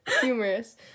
humorous